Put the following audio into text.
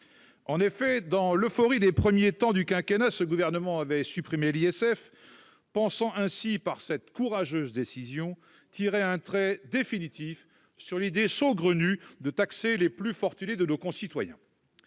En effet, dans l'euphorie des premiers temps du quinquennat, ce gouvernement avait supprimé l'ISF, pensant ainsi, par cette « courageuse » décision, tirer un trait définitif sur l'idée « saugrenue » de taxer les plus fortunés de nos concitoyens.